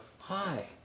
Hi